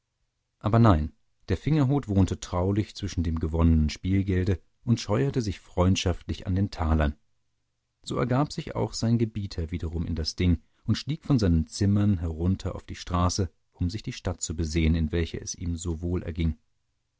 aber nein der fingerhut wohnte traulich zwischen dem gewonnenen spielgelde und scheuerte sich freundschaftlich an den talern so ergab sich auch sein gebieter wiederum in das ding und stieg von seinen zimmern herunter auf die straße um sich die stadt zu besehen in welcher es ihm so wohl erging